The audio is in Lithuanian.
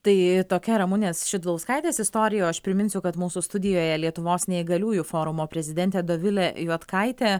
tai tokia ramunės šidlauskaitės istorija o aš priminsiu kad mūsų studijoje lietuvos neįgaliųjų forumo prezidentė dovilė juodkaitė